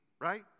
Right